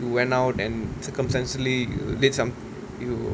you went out and circumstantially did some you